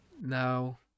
Now